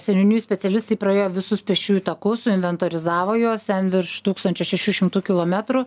seniūnijų specialistai praėjo visus pėsčiųjų takus suinventorizavo juos virš tūkstančio šešių šimtų kilometrų